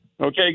Okay